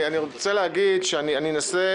אני רוצה להגיד שאנסה,